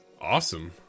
Awesome